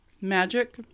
magic